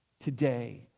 Today